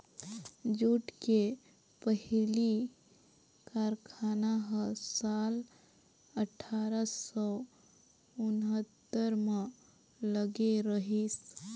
jute के पहिली कारखाना ह साल अठारा सौ उन्हत्तर म लगे रहिस